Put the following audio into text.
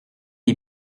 les